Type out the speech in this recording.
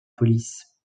police